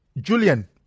Julian